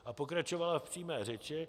A pokračovala v přímé řeči: